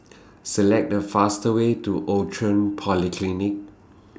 Select The fastest Way to Outram Polyclinic